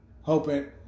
hoping